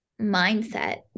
mindset